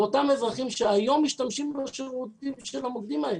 לאותם אזרחים שהיום משתמשים בשירותים של המוקדים האלה.